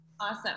Awesome